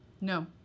No